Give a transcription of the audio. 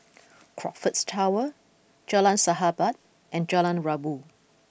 Crockfords Tower Jalan Sahabat and Jalan Rabu